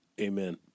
Amen